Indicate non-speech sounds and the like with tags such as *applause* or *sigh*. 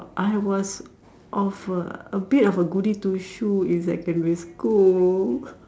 I was of a a bit of a goody two shoe in secondary school *breath*